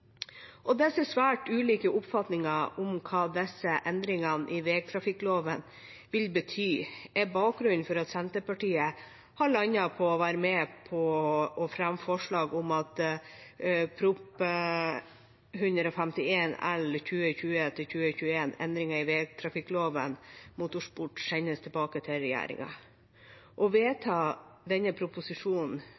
svært ulike oppfatningene av hva disse endringene i vegtrafikkloven vil bety, er bakgrunnen for at Senterpartiet har landet på å være med på å fremme forslag om at Prop. 151 L for 2020–2021, Endringer i vegtrafikkloven , sendes tilbake til regjeringen. Å